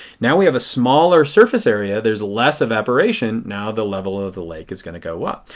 now we have a smaller surface area, there is less evaporation. now the level of the lake is going to go up.